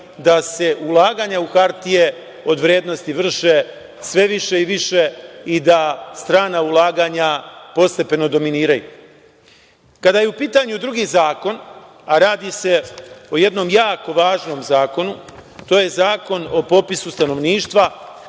da se ulaganja u hartije od vrednosti vrše sve više i više i da strana ulaganja postepeno dominiraju. Kada je u pitanju drugi zakon, a radi se o jednom jako važnom zakonu, to je Zakon o popisu stanovništva,